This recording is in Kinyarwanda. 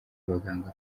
abaganga